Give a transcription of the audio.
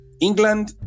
england